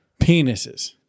Penises